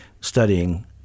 studying